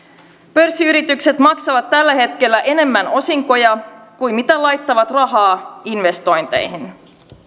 pörssiyritykset maksavat tällä hetkellä enemmän osinkoja kuin mitä laittavat rahaa investointeihin